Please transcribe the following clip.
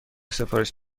سفارش